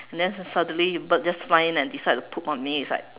then suddenly the bird just fly in and decided to poop on me it's like